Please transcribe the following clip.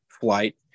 flight